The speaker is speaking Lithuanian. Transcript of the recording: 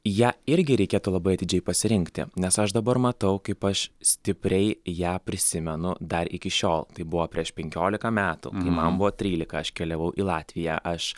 ją irgi reikėtų labai atidžiai pasirinkti nes aš dabar matau kaip aš stipriai ją prisimenu dar iki šiol tai buvo prieš penkiolika metų man buvo trylika aš keliavau į latviją aš